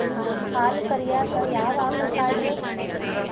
ಹಾಲು ಕರಿಯಾಕ ಯಾವ ಆಕಳ ಪಾಡ್ರೇ?